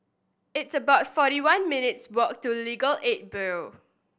it's about forty one minutes' walk to Legal Aid Bureau